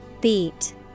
Beat